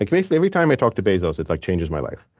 like basically, every time i talk to bezos, it like changes my life.